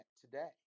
today